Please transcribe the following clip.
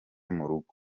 murugo